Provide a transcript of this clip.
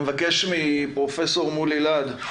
אני מבקש מפרופ' מולי להד,